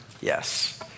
Yes